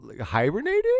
hibernating